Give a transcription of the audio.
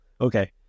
okay